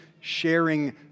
sharing